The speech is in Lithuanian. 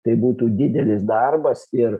tai būtų didelis darbas ir